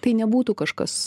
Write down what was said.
tai nebūtų kažkas